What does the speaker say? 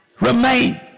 remain